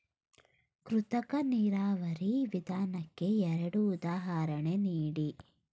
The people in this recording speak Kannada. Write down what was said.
ಕೃತಕ ನೀರಾವರಿ ವಿಧಾನಕ್ಕೆ ಎರಡು ಉದಾಹರಣೆ ನೀಡಿ?